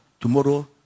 tomorrow